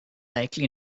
likely